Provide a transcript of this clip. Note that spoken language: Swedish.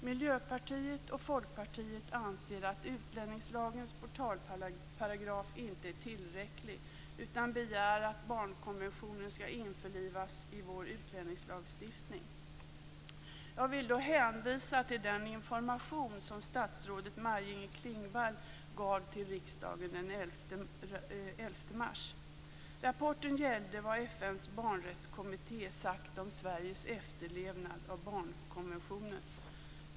Miljöpartiet och Folkpartiet anser att utlänningslagens portalparagraf inte är tillräcklig, utan begär att barnkonventionen skall införlivas i vår utlänningslagstiftning. Jag vill då hänvisa till den information som statsrådet Maj-Inger Klingvall gav till riksdagen den 11 mars. Rapporten gällde vad FN:s barnrättskommitté sagt om Sveriges efterlevnad av barnkonventionen.